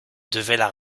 devaient